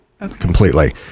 completely